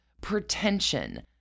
pretension